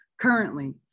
Currently